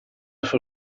sua